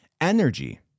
Energy